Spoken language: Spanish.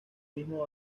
mismo